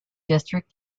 district